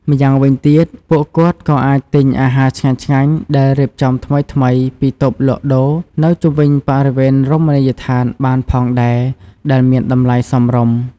ម៉្យាងវិញទៀត ពួកគាត់ក៏អាចទិញអាហារឆ្ងាញ់ៗដែលរៀបចំថ្មីៗពីតូបលក់ដូរនៅជុំវិញបរិវេណរមណីយដ្ឋានបានផងដែរ ដែលមានតម្លៃសមរម្យ។